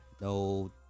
no